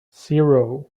zero